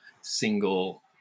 single